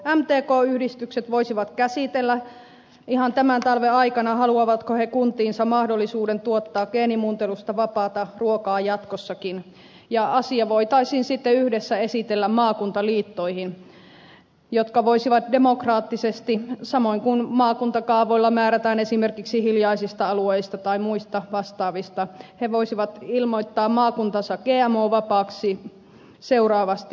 mtk yhdistykset voisivat käsitellä ihan tämän talven aikana haluavatko he kuntiinsa mahdollisuuden tuottaa geenimuuntelusta vapaata ruokaa jatkossakin ja asia voitaisiin sitten yhdessä esitellä maakuntaliittoihin jotka voisivat demokraattisesti samoin kuin maakuntakaavoilla määrätään esimerkiksi hiljaisista alueista tai muista vastaavista ilmoittaa maakuntansa gmo vapaaksi seuraavasti